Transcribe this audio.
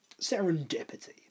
serendipity